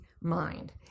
mind